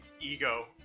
ego